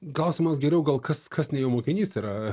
klausimas geriau gal kas kas ne jo mokinys yra